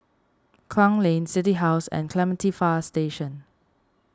Klang Lane City House and Clementi Fire Station